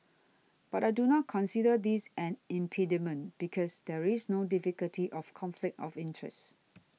but I do not consider this an impediment because there is no difficulty of conflict of interest